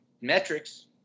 metrics